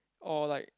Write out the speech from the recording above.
or like